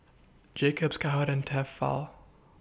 Jacob's Cowhead and Tefal